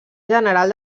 general